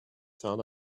found